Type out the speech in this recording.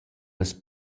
las